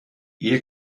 ihr